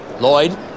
Lloyd